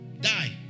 die